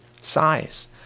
size